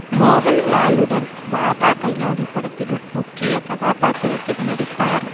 மோகன்லாலுடன் பாபா கல்யாணி படத்திலும் முக்கிய கதாபாத்திரத்தில் நடித்தார்